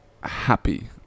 happy